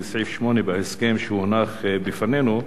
לסעיף 8 בהסכם שהונח לפנינו.